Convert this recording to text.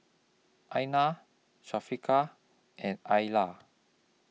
Aina and